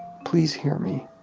please hear me.